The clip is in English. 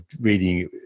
reading